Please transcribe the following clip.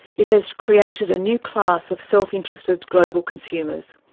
it has created a new class of self-interested global consumers,